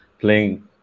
playing